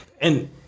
And-